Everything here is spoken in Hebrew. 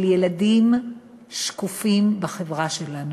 של ילדים שקופים בחברה שלנו.